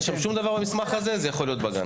אין שם שום דבר במסמך הזה והוא יכול להיות בגן.